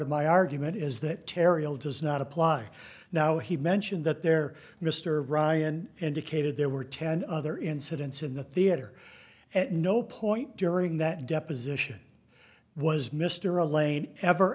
of my argument is that terril does not apply now he mentioned that there mr ryan indicated there were ten other incidents in the theater at no point during that deposition was mr alain ever